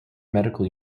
medical